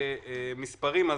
אקריא מספרים: